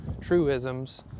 truisms